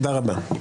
תודה רבה.